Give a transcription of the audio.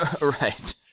right